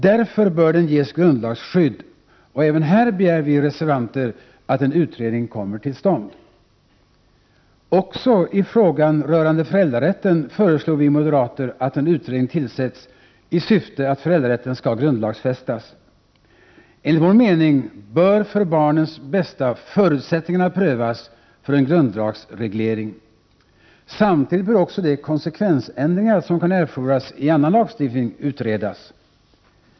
Därför bör den ges grundlagsskydd, och även här begär vi reservanter att en utredning kommer till stånd. Också i frågan rörande föräldrarätten föreslår vi moderater att en utredning tillsätts, i syfte att föräldrarätten skall grundlagsfästas. Enligt vår mening bör för barnens bästa förutsättningarna prövas för en grundlagsreglering. Samtidigt bör också de konsekvensändringar som kan erfordras i annan lagstiftning utredas.